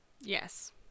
Yes